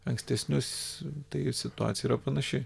ankstesnius tai situacija yra panaši